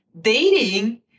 Dating